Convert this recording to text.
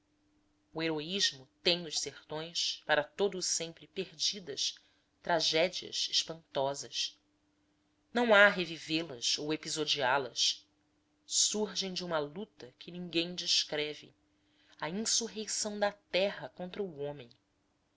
o heroísmo tem nos sertões para todo o sempre perdidas tragédias espantosas não há revivê las ou episodiá las surgem de uma luta que ninguém descreve a insurreição da terra contra o homem